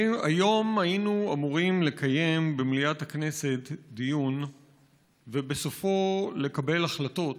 היום היינו אמורים לקיים דיון במליאת הכנסת ובסופו לקבל החלטות